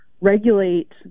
regulate